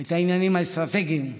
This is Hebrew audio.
את העניינים האסטרטגיים,